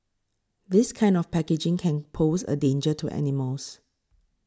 this kind of packaging can pose a danger to animals